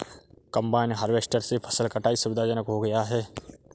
combine harvester से फसल कटाई सुविधाजनक हो गया है